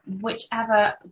whichever